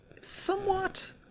Somewhat